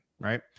right